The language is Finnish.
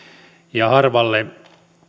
ja harvalle